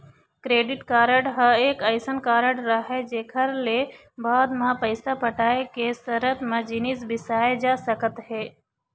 credit card ह एक अइसन कारड हरय जेखर ले बाद म पइसा पटाय के सरत म जिनिस बिसाए जा सकत हे